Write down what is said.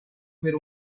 per